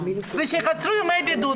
ושיקצרו ימי בידוד,